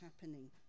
happening